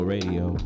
Radio